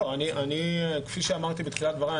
לא, כפי שאמרתי בתחילת דבריי.